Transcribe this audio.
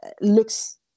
looks